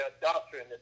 doctrine